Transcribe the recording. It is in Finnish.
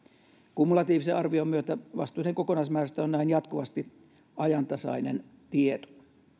kumulatiivisen arvion myötä vastuiden kokonaismäärästä on näin jatkuvasti ajantasainen tieto